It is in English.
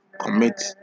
Commit